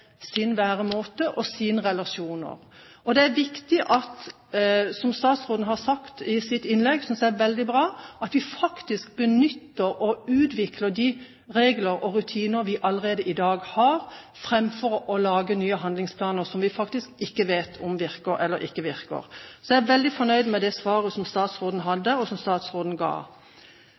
væremåte og deres relasjoner. Som statsråden sa i sitt innlegg, og det synes jeg er veldig bra, er det viktig at vi benytter og utvikler de regler og rutiner vi har allerede i dag, framfor å lage nye handlingsplaner som vi faktisk ikke vet om virker eller ikke. Jeg er derfor veldig fornøyd med det svaret statsråden